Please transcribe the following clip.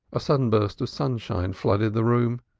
a sudden burst of sunshine flooded the room.